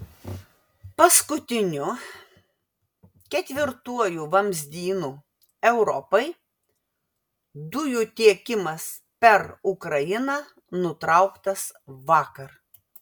paskutiniu ketvirtuoju vamzdynu europai dujų tiekimas per ukrainą nutrauktas vakar